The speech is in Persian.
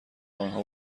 آنها